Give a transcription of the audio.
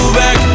back